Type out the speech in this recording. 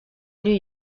new